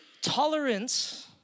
Tolerance